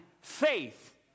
faith